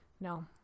No